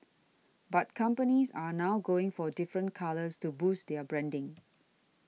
but companies are now going for different colours to boost their branding